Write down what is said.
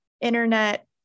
internet